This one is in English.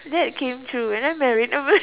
that came true and I married a Malay~